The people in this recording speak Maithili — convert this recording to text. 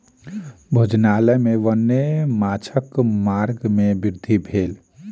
भोजनालय में वन्य माँछक मांग में वृद्धि भेल